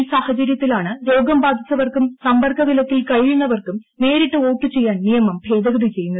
ഈ സാഹചര്യത്തിലാണ് രോഗം ബാധിച്ചവർക്കും സമ്പർക്ക വിലക്കിൽ കഴിയുന്നവർക്കും നേരിട്ട് വോട്ടുചെയ്യാൻ നിയമം ഭേദഗതി ചെയ്യുന്നത്